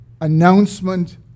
announcement